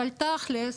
אבל תכל'ס,